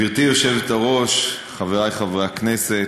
גברתי היושבת-ראש, חבריי חברי הכנסת,